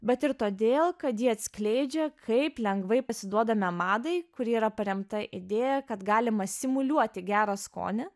bet ir todėl kad ji atskleidžia kaip lengvai pasiduodame madai kuri yra paremta idėja kad galima simuliuoti gerą skonį